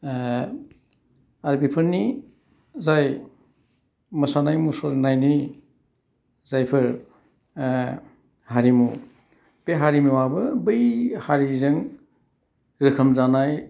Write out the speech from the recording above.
आरो बेफोरनि जाय मोसानाय मुसुरनायनि जायफोर हारिमु बे हारिमुवाबो बै हारिजों रोखोम जानाय